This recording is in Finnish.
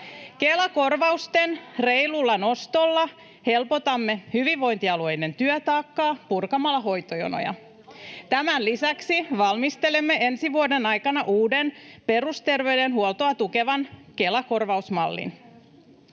Kela-korvausten reilulla nostolla helpotamme hyvinvointialueiden työtaakkaa purkamalla hoitojonoja. Tämän lisäksi valmistelemme ensi vuoden aikana uuden, perusterveydenhuoltoa tukevan Kela-korvausmallin.